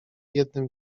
jednym